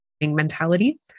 mentality